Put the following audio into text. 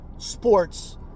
Sports